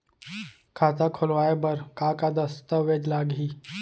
खाता खोलवाय बर का का दस्तावेज लागही?